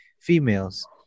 females